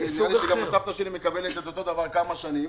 גם הסבתא שלי מקבלת אותו הדבר כבר כמה שנים,